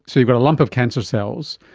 so you've got a lump of cancer cells,